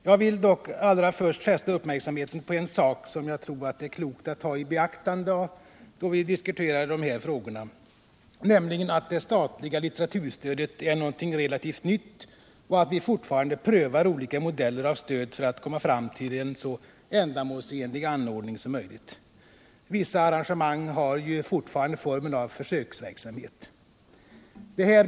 Jag vill dock allra först fästa uppmärksamheten på en sak som jag tror att det är klokt att ta i beaktande då vi diskuterar dessa frågor, nämligen att det statliga litteraturstödet är någonting relativt nytt och att vi fortfarande prövar olika modeller av stödet för att komma fram till en så ändamålsenlig anordning som möjligt. Vissa arrangemang har fortfarande formen av försöksverksamhet.